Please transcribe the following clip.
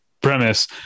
premise